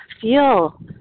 feel